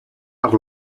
per